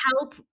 help